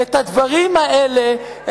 את הדברים האלה,